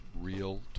real